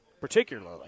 particularly